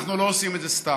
אנחנו לא עושים את זה סתם.